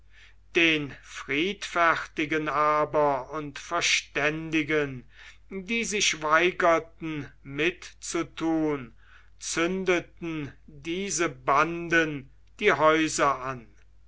den friedfertigen aber und verständigen die sich weigerten mitzutun zündeten diese banden die häuser an